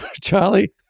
Charlie